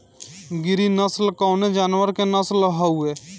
गिरी नश्ल कवने जानवर के नस्ल हयुवे?